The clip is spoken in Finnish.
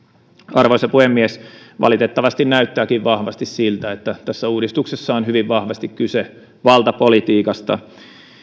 arvoisa puhemies valitettavasti näyttääkin vahvasti siltä että tässä uudistuksessa on hyvin vahvasti kyse valtapolitiikasta